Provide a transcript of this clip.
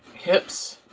hips.